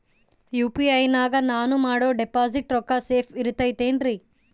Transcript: UPI ನಾಗ ನಾನು ಮಾಡೋ ಡಿಪಾಸಿಟ್ ರೊಕ್ಕ ಸೇಫ್ ಇರುತೈತೇನ್ರಿ?